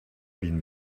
been